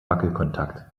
wackelkontakt